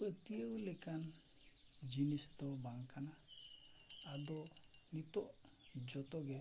ᱯᱟᱹᱛᱭᱟᱹᱣ ᱞᱮᱠᱟᱱ ᱡᱤᱱᱤᱥ ᱫᱚ ᱵᱟᱝ ᱠᱟᱱᱟ ᱟᱫᱚ ᱱᱤᱛᱳᱜ ᱡᱚᱛᱚ ᱜᱮ